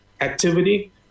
activity